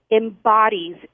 embodies